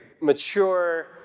mature